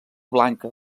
blanca